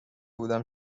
بودم